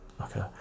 Okay